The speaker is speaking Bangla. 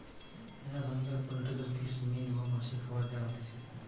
মেলা ধরণকার পোল্ট্রিদের ফিশ মিল বা মাছের খাবার দেয়া হতিছে